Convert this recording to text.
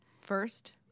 first